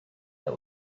that